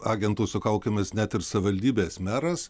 agentų su kaukėmis net ir savivaldybės meras